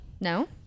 No